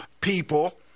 people